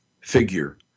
figure